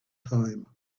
time